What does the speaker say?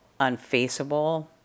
unfaceable